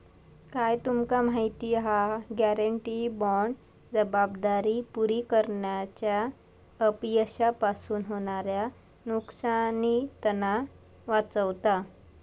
काय तुमका माहिती हा? गॅरेंटी बाँड जबाबदारी पुरी करण्याच्या अपयशापासून होणाऱ्या नुकसानीतना वाचवता